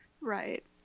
Right